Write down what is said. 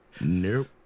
Nope